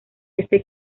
este